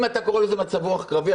אם אתה קורא לזה מצב רוח קרבי,